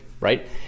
right